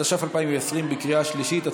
התש"ף 2020, בקריאה שלישית.